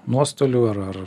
nuostolių ar ar